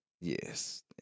Yes